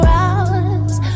hours